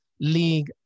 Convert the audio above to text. league